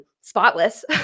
spotless